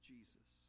Jesus